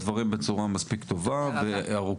לצערי.